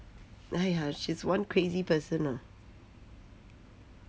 !aiya! she's one crazy person ah